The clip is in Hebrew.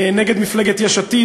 נגד מפלגת יש עתיד,